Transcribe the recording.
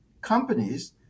companies